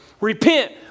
Repent